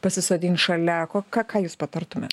pasisodint šalia ko ką ką jūs patartumėt